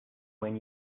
when